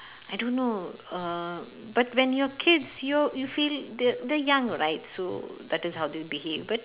I don't know uh but when your kids yo~ you feel the they're young right so that is how they behave but